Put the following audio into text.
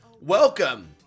welcome